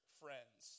friends